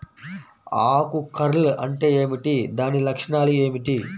ఆకు కర్ల్ అంటే ఏమిటి? దాని లక్షణాలు ఏమిటి?